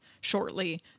shortly